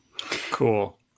Cool